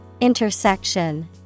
Intersection